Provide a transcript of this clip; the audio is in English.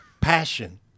Passion